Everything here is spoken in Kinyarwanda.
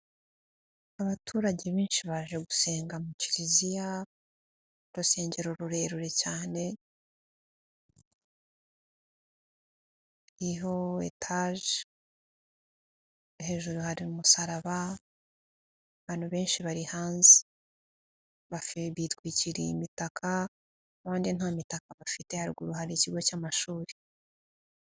Abaturage benshi baje gusenga mu kiriziya. Urusengero rurerure cyane, hariho etaje, hejuru hari umusaraba, abantu benshi bari hanze, bafe bitwikiriye imitaka, abandi nta mitaka bafite haruguru hari ikigo cy'amashuri.